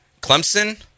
Clemson